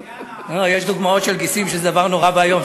יש דוגמאות של גיסים שזה דבר נורא ואיום.